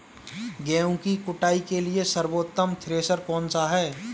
गेहूँ की कुटाई के लिए सर्वोत्तम थ्रेसर कौनसा है?